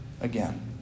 again